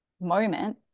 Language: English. moment